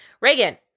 Reagan